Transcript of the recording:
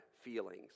feelings